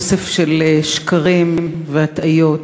אוסף של שקרים והטעיות,